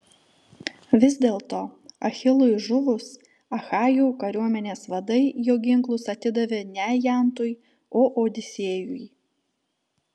vis dėlto achilui žuvus achajų kariuomenės vadai jo ginklus atidavė ne ajantui o odisėjui